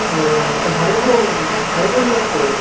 ও তা ভালো তো ভালো সুন্দর তো